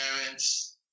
parents